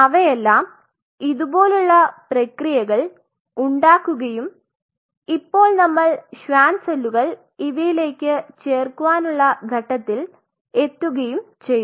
അവയെല്ലാം ഇതുപോലുള്ള പ്രക്രിയകൾ ഉണ്ടാക്കുകയ്യും ഇപ്പോൾ നമ്മൾ ഷ്വാൻ സെല്ലുകൾ ഇവയിലേക്കു ചേർക്കുവാനുള്ള ഘട്ടത്തിൽ എത്തുകയും ചെയ്തു